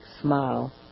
smile